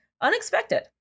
unexpected